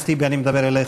התיווך.